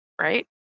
right